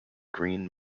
green